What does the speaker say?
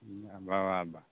बाबा बा